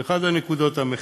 זו אחת הנקודות המרכזיות.